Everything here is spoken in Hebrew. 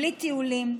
בלי טיולים,